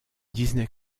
disney